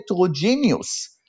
heterogeneous